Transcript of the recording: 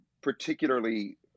particularly